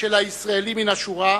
של הישראלי מן השורה,